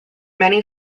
many